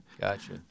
Gotcha